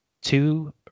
two